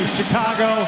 Chicago